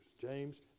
James